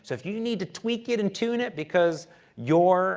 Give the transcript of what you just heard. if you need to tweak it and tune it, because your